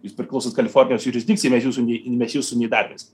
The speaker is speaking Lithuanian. jūs priklausot kalifornijos jurisdikcijai mes jūsų ne mes jūsų neįdarbinsim